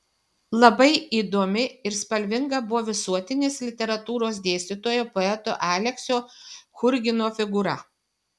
labai įdomi ir spalvinga buvo visuotinės literatūros dėstytojo poeto aleksio churgino figūra